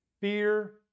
fear